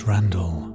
Randall